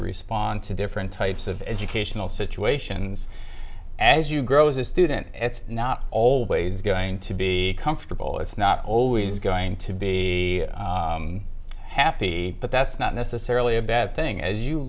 respond to different types of educational situations as you grow as a student it's not always going to be comfortable it's not always going to be happy but that's not necessarily a bad thing as you